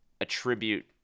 attribute